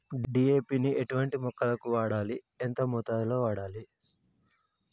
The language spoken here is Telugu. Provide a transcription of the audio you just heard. డీ.ఏ.పి ని ఎటువంటి మొక్కలకు వాడాలి? ఎంత మోతాదులో వాడాలి?